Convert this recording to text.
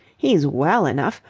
he's well enough.